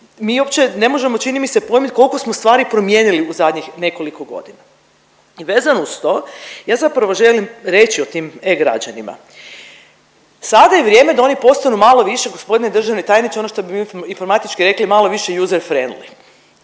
mi uopće ne možemo čini mi se pojmit koliko smo stvari promijenili u zadnjih nekoliko godina. Vezano uz to ja zapravo želim reći o tim e-građanima. Sada je vrijeme da oni postanu malo više gospodine državni tajniče ono što bi mi informatički rekli malo više user friendly,